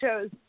shows